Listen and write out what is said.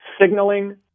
signaling